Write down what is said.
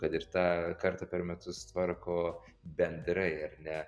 kad ir tą kartą per metus tvarko bendrai ar ne